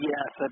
Yes